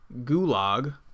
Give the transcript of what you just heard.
Gulag